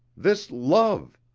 this love.